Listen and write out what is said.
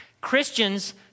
Christians